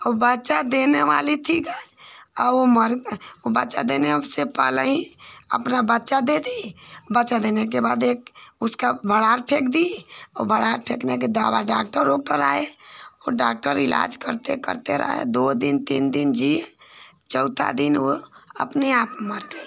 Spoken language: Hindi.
और बच्चा देने वाली थी गाय और वह मर वह बच्चा देने से पहले ही अपना बच्चा दे दी बच्चा देने के बाद एक उसका बड़ार फेंक दी वह बड़ार फेंकने के दवा डॉक्टर उक्टर आए और डॉक्टर इलाज़ करते करते रहे दो दिन तीन दिन जी चौथा दिन वह अपने आप मर गई